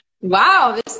Wow